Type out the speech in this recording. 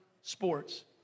sports